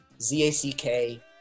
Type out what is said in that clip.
Z-A-C-K